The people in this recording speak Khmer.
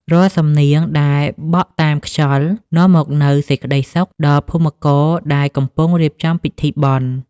រាល់សំនៀងដែលបក់តាមខ្យល់ នាំមកនូវសេចក្ដីសុខដល់ភូមិករដែលកំពុងរៀបចំពិធីបុណ្យ។